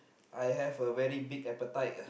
I have a very big appetite uh